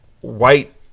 white